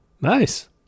nice